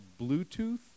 Bluetooth